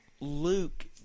Luke